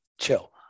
chill